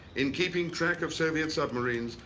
in keeping track of soviet submarines,